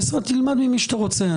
תלמד ממי שאתה רוצה.